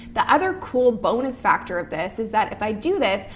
the other cool bonus factor of this is that if i do this,